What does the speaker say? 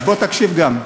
אז בוא תקשיב גם.